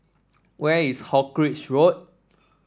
where is Hawkinge Road